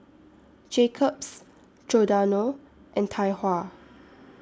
Jacob's Giordano and Tai Hua